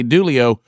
Dulio